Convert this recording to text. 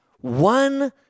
One